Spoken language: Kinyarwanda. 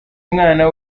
umwana